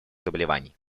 заболеваний